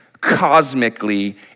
cosmically